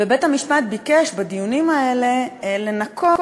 ובית-המשפט ביקש בדיונים האלה לנכות